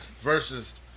versus